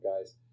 guys